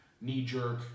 knee-jerk